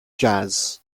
jazz